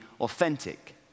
authentic